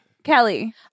Kelly